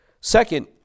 Second